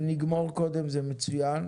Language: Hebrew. אם נגמור קודם זה מצוין.